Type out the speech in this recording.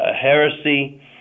heresy